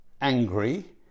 angry